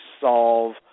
solve